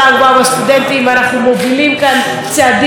ואנחנו מובילים כאן צעדים משמעותיים מאוד